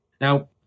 Now